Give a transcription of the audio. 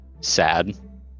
sad